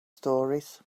stories